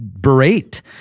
berate